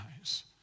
eyes